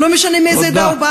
ולא משנה מאיזו עדה הוא,